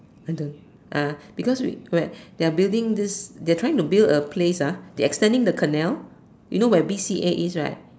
ah because regret they are this they are trying a place ah they extending the canal you know where B_C_A is right